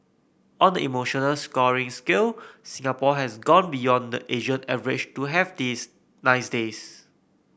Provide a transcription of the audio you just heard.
on the emotional scoring scale Singapore has gone beyond the Asian average to have these nice days